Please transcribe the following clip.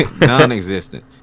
non-existent